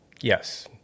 Yes